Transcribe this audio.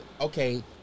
okay